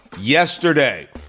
Yesterday